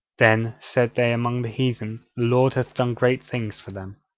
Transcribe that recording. then said they among the heathen lord hath done great things for them.